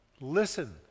Listen